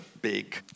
big